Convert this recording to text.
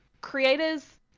creators